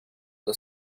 the